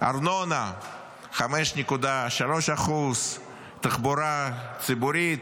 ארנונה, 5.3%; תחבורה ציבורית,